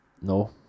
no